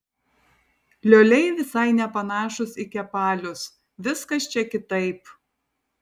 lioliai visai nepanašūs į kepalius viskas čia kitaip